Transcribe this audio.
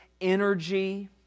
energy